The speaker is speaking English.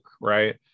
right